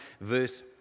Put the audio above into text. verse